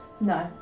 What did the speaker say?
No